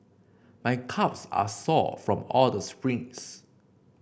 my calves are sore from all the sprints